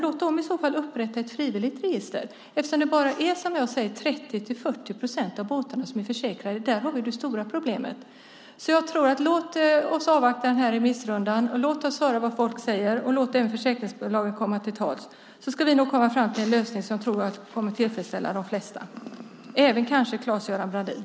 Låt dem i så fall upprätta ett frivilligt register. Det är bara 30-40 procent av båtarna som är försäkrade. Där har vi det stora problemet. Låt oss avvakta remissrundan och låt oss höra vad folk säger och låt även försäkringsbolagen komma till tals. Då ska vi nog komma fram till en lösning som jag tror kommer att tillfredsställa de flesta, även kanske Claes-Göran Brandin.